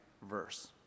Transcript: verse